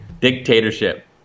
dictatorship